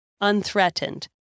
unthreatened